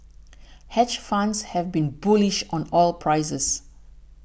hedge funds have been bullish on oil prices